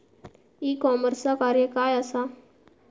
E कॉमर्सचा कार्य काय असा?